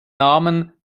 namen